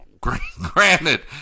granted